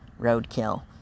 roadkill